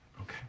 Okay